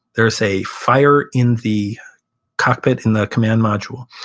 there's a fire in the cockpit in the command module.